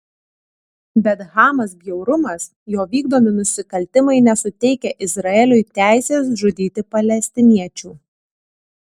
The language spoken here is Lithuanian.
bet hamas bjaurumas jo vykdomi nusikaltimai nesuteikia izraeliui teisės žudyti palestiniečių